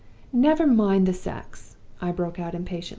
never mind the sex i broke out, impatiently.